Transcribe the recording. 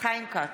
חיים כץ,